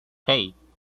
hey